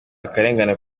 akarengane